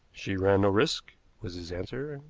she ran no risk, was his answer.